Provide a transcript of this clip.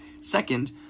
Second